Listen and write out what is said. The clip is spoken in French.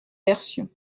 versions